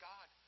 God